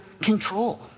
control